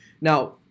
now